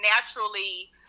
naturally